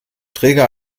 träger